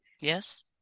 yes